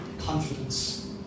confidence